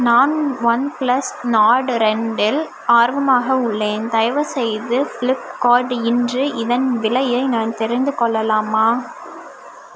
நான் OnePlus Nord ரெண்டில் ஆர்வமாக உள்ளேன் தயவுசெய்து ஃப்ளிப்கார்ட் இன்று இதன் விலையை நான் தெரிந்து கொள்ளலாமா